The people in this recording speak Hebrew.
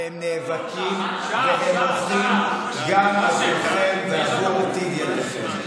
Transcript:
והם נאבקים והם מוחים גם עבורכם ועבור עתיד ילדיכם.